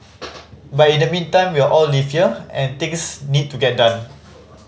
but in the meantime we all live here and things need to get done